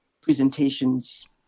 presentations